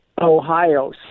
Ohio